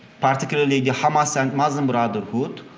particularly the hamas and muslim brotherhood,